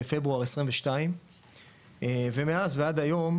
בפברואר 22 ומאז ועד היום,